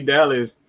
Dallas